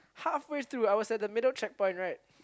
halfway through I was at the middle checkpoint right